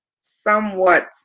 somewhat